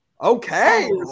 Okay